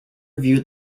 viewed